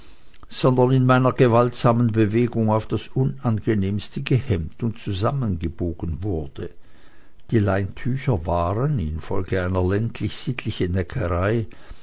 sondern in meiner gewaltsamen bewegung auf das unangenehmste gehemmt und zusammengebogen wurde die leintücher waren infolge einer ländlich sittlichen neckerei